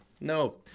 no